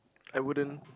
I wouldn't